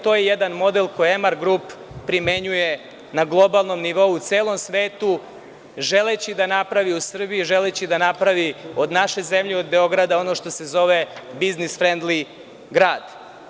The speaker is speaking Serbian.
To je jedan model koji Emar grup primenjuje na globalnom nivou u celom svetu, želeći da napravi u Srbiji, želeći da napravi od naše zemlje, od Beograda, ono što se zove biznis frendli grad.